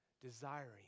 Desiring